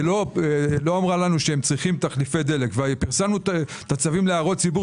לא אמרה לנו שהם צריכים תחליפי דלק ופרסמנו את הצווים להערות ציבור